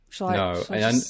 No